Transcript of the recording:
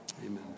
Amen